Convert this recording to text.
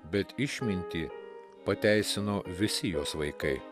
bet išmintį pateisino visi jos vaikai